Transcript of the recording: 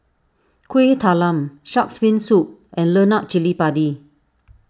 Kuih Talam Shark's Fin Soup and Lemak Cili Padi